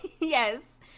Yes